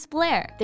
Blair